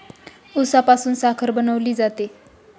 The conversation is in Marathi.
उसापासून साखर बनवली जाते